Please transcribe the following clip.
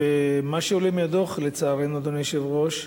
אדוני היושב-ראש,